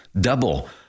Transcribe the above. Double